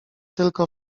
tylko